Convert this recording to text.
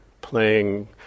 playing